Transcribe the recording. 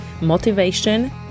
motivation